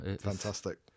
fantastic